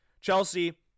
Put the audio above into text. Chelsea